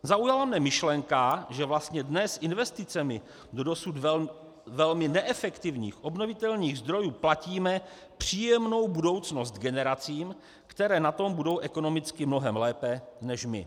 Zaujala mě myšlenka, že vlastně dnes investicemi do dosud velmi neefektivních obnovitelných zdrojů platíme příjemnou budoucnost generacím, které na tom budou ekonomicky mnohem lépe než my.